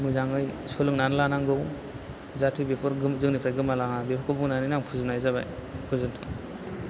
मोजाङै सोलोंनानै लानांगौ जाथे बेफोर जोंनिफ्राय गोमालाङा बेफोरखौ बुंनानैनो आङो फोजोबनाय जाबाय गोजोनथों